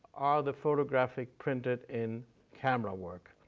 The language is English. are the photography printed in camera work,